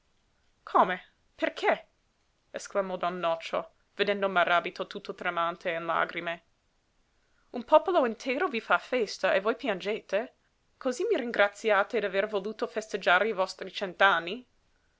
come perché esclamò don nocio vedendo maràbito tutto tremante e in lagrime un popolo intero vi fa festa e voi piangete cosí mi ringraziate d'aver voluto festeggiare i vostri